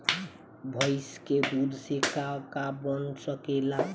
भइस के दूध से का का बन सकेला?